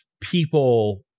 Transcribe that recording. people